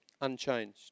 unchanged